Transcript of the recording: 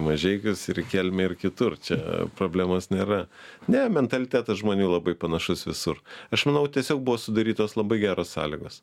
mažeikius ir į kelmę ir kitur čia problemos nėra ne mentalitetas žmonių labai panašus visur aš manau tiesiog buvo sudarytos labai geros sąlygos